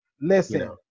Listen